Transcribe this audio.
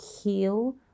heal